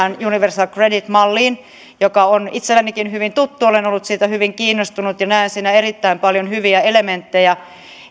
universal credit malliin joka on itsellenikin hyvin tuttu olen ollut siitä hyvin kiinnostunut ja näen siinä erittäin paljon hyviä elementtejä